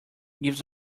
gifts